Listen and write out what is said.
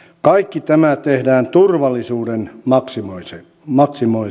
kaikki tämä tehdään turvallisuuden maksimoimiseksi